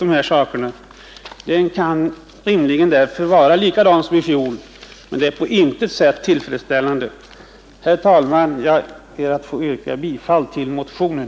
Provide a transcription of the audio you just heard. Behandlingen av motionen har således på intet sätt varit tillfredsställande. Herr talman! Jag ber att få yrka bifall till motionen.